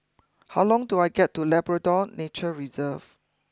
how long to I get to Labrador Nature Reserve